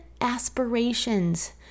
aspirations